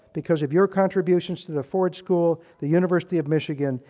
because of your contributions to the ford school, the university of michigan,